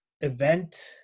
event